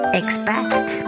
expect